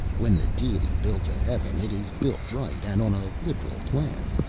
when the deity builds a heaven, it is built right, and on a liberal plan.